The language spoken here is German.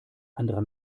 anderer